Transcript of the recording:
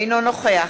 אינו נוכח